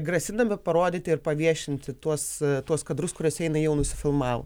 grasindami parodyti ir paviešinti tuos tuos kadrus kuriuose jinai jau nusifilmavo